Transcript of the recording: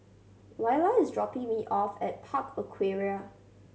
Lyla is dropping me off at Park Aquaria